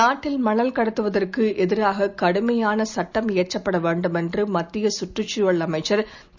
நாட்டில் மணல் கட்த்தலுக்குஎதிராககடுமையானசட்டம் இயற்றப்படவேண்டும் என்றுமத்தியசுற்றுச் சூழல் அமைச்சர் திரு